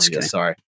Sorry